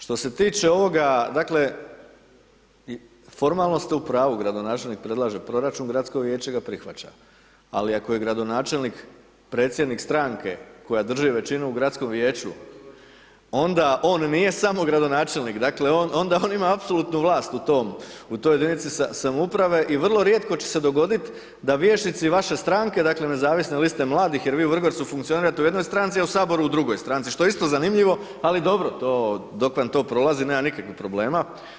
Što se tiče ovoga, dakle formalno ste u pravu, gradonačelnik predlaže proračun, gradsko vijeće ga prihvaća ali ako je gradonačelnik predsjednik stranke koja drži većinu u gradskom vijeću onda on nije samo gradonačelnik, dakle onda on ima apsolutnu vlast u toj jedinici samouprave i vrlo rijetko će se dogoditi da vijećnici vaše stranke, dakle Nezavisne liste mladih, jer vi u Vrgorcu funkcionirate u jednoj stranci a u Saboru u drugoj stranici što je isto zanimljivo ali dobro, to dok vam to prolazi nema nikakvih problema.